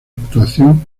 actuación